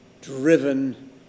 driven